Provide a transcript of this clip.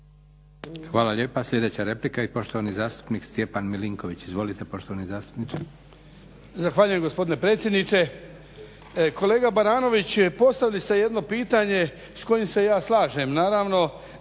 Hvala lijepa. Sljedeća replika i poštovani zastupnik Stjepan MIlinković. Izvolite poštovani zastupniče. **Milinković, Stjepan (HDZ)** Zahvaljujem gospodine predsjedniče. Kolega Baranović postavili ste jedno pitanje s kojim se ja slažem